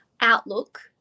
outlook